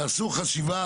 תעשו חשיבה.